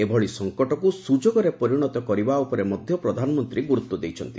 ଏଭଳି ସଂକଟକୁ ସୁଯୋଗରେ ପରିଣତ କରିବା ଉପରେ ମଧ୍ୟ ପ୍ରଧାନମନ୍ତ୍ରୀ ଗୁରୁତ୍ୱ ଦେଇଛନ୍ତି